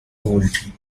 gould